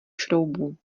šroubů